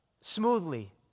smoothly